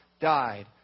died